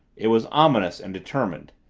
it was ominous and determined,